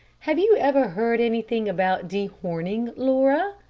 have you ever heard anything about dehorning, laura?